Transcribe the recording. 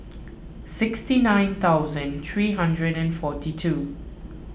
sixty nine thousand three hundred and forty two